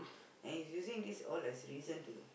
and he's using this all as reason to